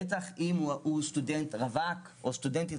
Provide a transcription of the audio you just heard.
בטח אם הוא סטודנט רווק או סטודנטית